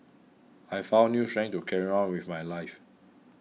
I found new strength to carry on with my life